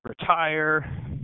retire